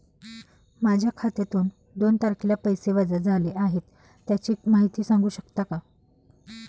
माझ्या खात्यातून दोन तारखेला पैसे वजा झाले आहेत त्याची माहिती सांगू शकता का?